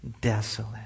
desolate